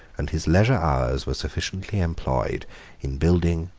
and his leisure hours were sufficiently employed in building,